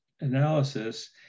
analysis